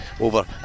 over